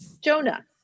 Jonah